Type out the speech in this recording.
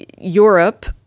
Europe